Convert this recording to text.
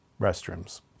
restrooms